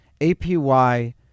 APY